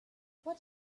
what